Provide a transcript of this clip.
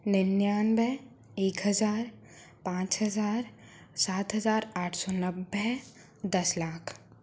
निन्यानवे एक हज़ार पाँच हज़ार सात हज़ार आठ सौ नब्बे दस लाख